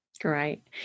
Great